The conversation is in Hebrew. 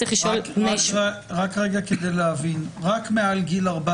צריך לשאול בני 12. רק מעל גיל 14